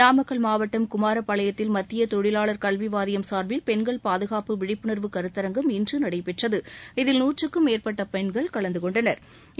நாமக்கல் மாவட்டம் குமாரபாளையத்தில் மத்திய தொழிலாளா் கல்வி வாரியம் சாா்பில் பெண்கள் பாதுகாப்பு விழிப்புணர்வு கருத்தாங்கம் இன்று நடைபெற்றது இதில் நூற்றுக்கும் மேற்பட்ட பெண்கள் கலந்து கொண்டனா்